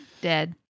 dead